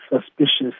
suspicious